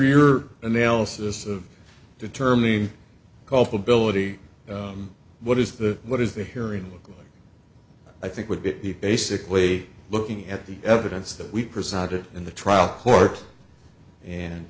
your analysis of determining culpability what is the what is the hearing looking i think would be basically looking at the evidence that we presented in the trial court and